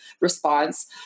response